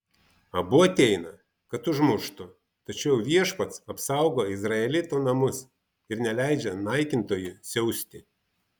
abu ateina kad užmuštų tačiau viešpats apsaugo izraelitų namus ir neleidžia naikintojui siausti